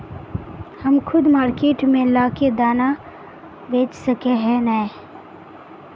हम खुद मार्केट में ला के दाना बेच सके है नय?